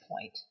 point